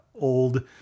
Old